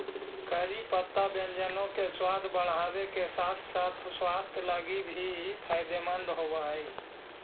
करी पत्ता व्यंजनों के सबाद बढ़ाबे के साथ साथ स्वास्थ्य लागी भी फायदेमंद होब हई